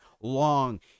long